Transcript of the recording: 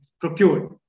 procured